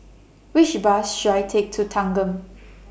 Which Bus should I Take to Thanggam